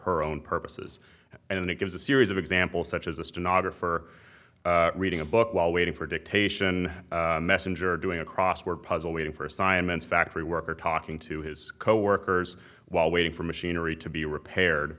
her own purposes and it gives a series of examples such as this do not refer reading a book while waiting for dictation messenger doing a crossword puzzle waiting for assignment factory worker talking to his coworkers while waiting for machinery to be repaired